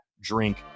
Drink